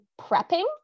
prepping